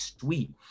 sweet